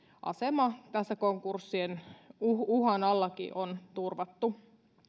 asema tässä konkurssien uhan allakin on turvattu